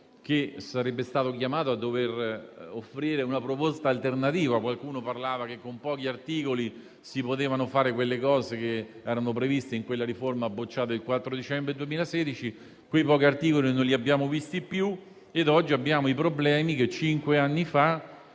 del no era stato chiamato ad offrire una proposta alternativa; qualcuno diceva che con pochi articoli si potevano fare quegli interventi che erano previsti nella riforma bocciata il 4 dicembre 2016; quei pochi articoli non li abbiamo più visti e i problemi che cinque anni fa